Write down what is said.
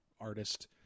artist